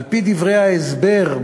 על-פי דברי ההסבר,